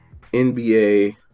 NBA